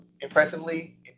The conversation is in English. impressively